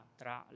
tra